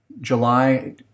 July